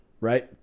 right